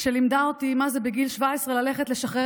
שלימדה אותי בגיל 17 מה זה ללכת לשחרר